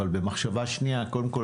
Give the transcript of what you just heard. אבל במחשבה שנייה - קודם כול,